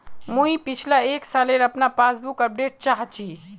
मुई पिछला एक सालेर अपना पासबुक अपडेट चाहची?